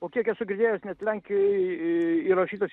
o kiek esu girdėjęs net lenkijoj įrašytos